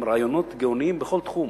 עם רעיונות גאוניים בכל תחום.